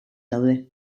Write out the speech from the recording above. daude